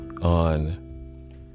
on